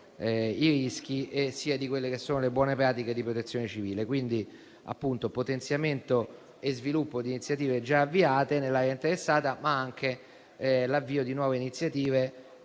capillare sia dei rischi che delle buone pratiche di protezione civile, quindi potenziamento e sviluppo di iniziative già avviate nell'area interessata, ma anche avvio di nuove iniziative.